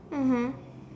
mmhmm